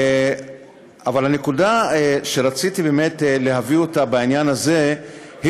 אבל הנקודה שרציתי להביא בעניין הזה היא